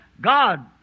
God